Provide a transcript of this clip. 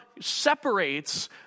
separates